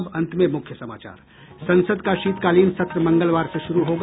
और अब अंत में मुख्य समाचार संसद का शीतकालीन सत्र मंगलवार से शुरू होगा